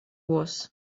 was